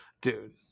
Dude